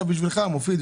זה בשבילך מופיד,